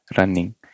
running